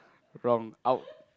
wrong out